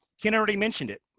ken already mentioned it.